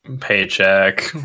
Paycheck